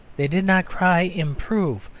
they did not cry improve!